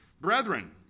Brethren